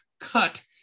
cut